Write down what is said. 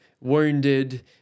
wounded